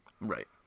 Right